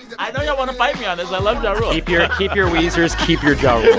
i know y'all want to fight me on this. i love ja rule keep your keep your weezers. keep your ja rule.